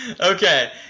Okay